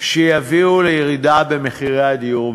שתביא לירידה במחירי הדיור.